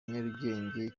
nyarugenge